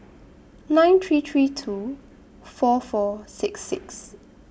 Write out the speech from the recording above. nine three three two four four six six